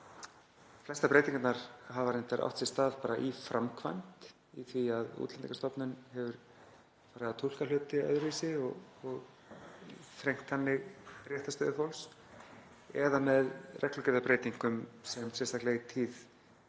Flestar breytingarnar hafa reyndar átt sér stað í framkvæmd, í því að Útlendingastofnun hefur farið að túlka hluti öðruvísi og þrengt þannig réttarstöðu fólks eða með reglugerðarbreytingum sem gengu oft